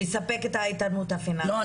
כדי לספק את האיתנות הפיננסית הזאת.